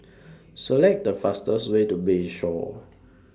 Select The fastest Way to Bayshore